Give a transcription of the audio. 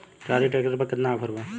Trolley tractor पर केतना offer बा?